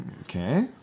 Okay